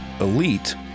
elite